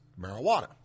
marijuana